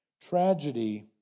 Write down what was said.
Tragedy